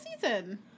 season